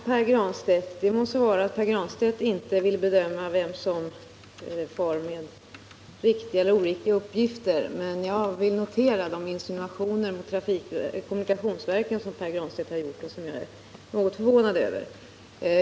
Herr talman! Det må så vara att Pär Granstedt inte vill bedöma vem som far med oriktiga uppgifter, men jag vill notera de insinuationer mot kommunikationsverken som Pär Granstedt har gjort och som jag är något förvånad över.